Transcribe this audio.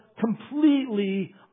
completely